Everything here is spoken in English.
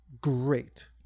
great